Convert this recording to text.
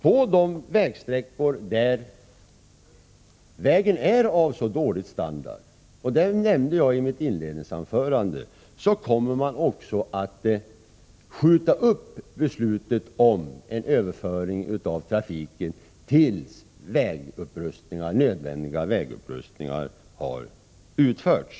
På de sträckor där vägen har så dålig standard — jag nämnde detta i mitt inledningsanförande — kommer beslut om överföring av trafiken från järnväg att skjutas upp tills nödvändiga vägupprustningar har utförts.